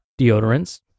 deodorants